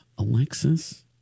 Alexis